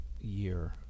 year